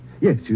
Yes